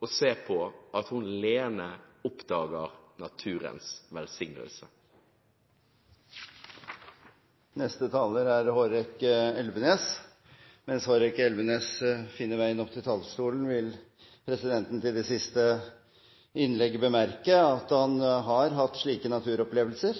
og se på at hun leende oppdager naturens velsignelse. Mens neste taler, representanten Hårek Elvenes, finner veien opp til talerstolen, vil presidenten til det siste innlegget bemerke at han har hatt slike naturopplevelser,